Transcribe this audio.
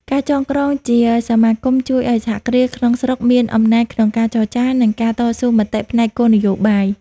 ការចងក្រងជាសមាគមជួយឱ្យសហគ្រាសក្នុងស្រុកមានអំណាចក្នុងការចរចា និងការតស៊ូមតិផ្នែកគោលនយោបាយ។